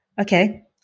Okay